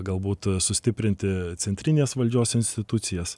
galbūt sustiprinti centrinės valdžios institucijas